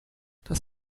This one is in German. das